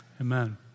Amen